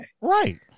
Right